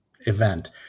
event